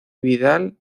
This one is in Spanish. vidal